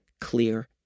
clear